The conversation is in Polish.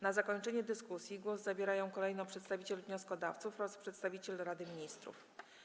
Na zakończenie dyskusji głos zabierają kolejno przedstawiciel wnioskodawców oraz przedstawiciel Rady Ministrów.